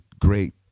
great